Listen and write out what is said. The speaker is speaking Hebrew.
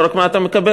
לא רק מה אתה מקבל.